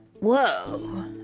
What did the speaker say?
Whoa